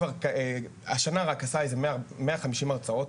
השנה עשה 150 הרצאות,